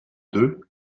deux